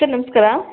sir ನಮಸ್ಕಾರ